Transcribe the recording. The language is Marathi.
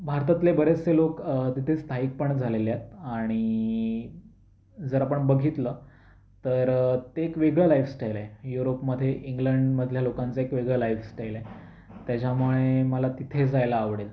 भारतातले बरेचसे लोक तिथेच स्थायिक पण झालेले आहेत आणि जर आपण बघितलं तर ते एक वेगळं लाइफस्टाइल आहे युरोपमध्ये इंग्लंडमधल्या लोकांचं एक वेगळं लाइफस्टाइल आहे त्याच्यामुळे मला तिथे जायला आवडेल